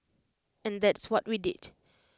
and that's what we did